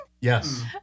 Yes